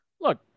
Look